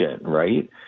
right